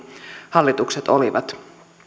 hallitukset olivat